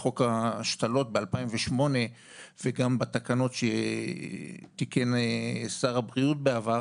בחוק ההשתלות ב-2008 וגם בתקנות שתיקן שר הבריאות בעבר,